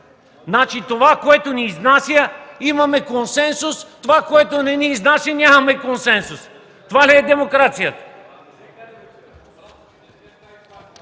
Значи, по това, което ни изнася – имаме консенсус, това, което не ни изнася – нямаме консенсус. Това ли е демокрацията?!